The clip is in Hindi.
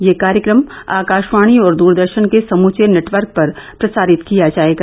यह कार्यक्रम आकाशवाणी और दूरदर्शन के समूचे नेटवर्क पर प्रसारित किया जाएगा